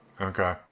okay